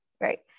right